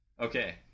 Okay